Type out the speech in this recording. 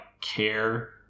care